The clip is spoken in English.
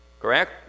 correct